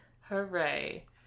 Hooray